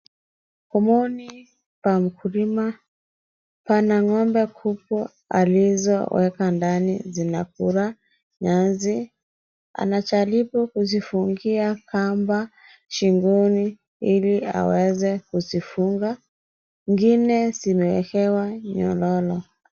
Pomoni pa mkulima, pana ng'ombe kubwa alizoweka ndani zinakula nyasi. Anajaribu kuzifungia kamba shingoni, ili aweze kuzifungia. Zingine zimewekewa nyororo.